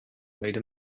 made